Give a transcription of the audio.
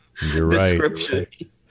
description